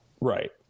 Right